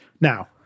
now